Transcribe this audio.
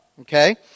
okay